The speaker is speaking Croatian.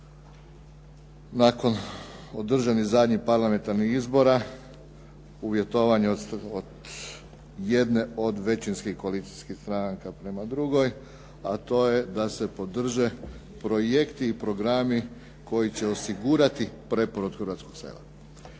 Nakon održanih zadnjih parlamentarnih izbora uvjetovane jedne od većinskih koalicijskih stranaka prema drugoj, a to je da se podrže projekti i programi koji će osigurati preporod hrvatskog sela.